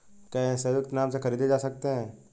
क्या ये संयुक्त नाम से खरीदे जा सकते हैं?